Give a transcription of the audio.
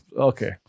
Okay